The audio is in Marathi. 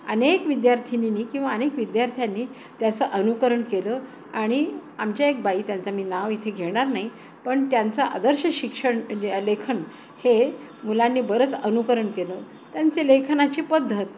अनेक विद्यार्थीनीनी किंवा अनेक विद्यार्थ्यांनी त्याचं अनुकरण केलं आणि आमच्या एक बाई त्यांच मी नाव इथे घेणार नाई पण त्यांचं आदर्श शिक्षण लेखन हे मुलांनी बरंच अनुकरण केलं त्यांचे लेखनाची पद्धत